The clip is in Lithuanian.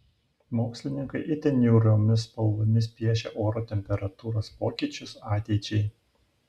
mokslininkai itin niūriomis spalvomis piešia oro temperatūros pokyčius ateičiai